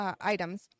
items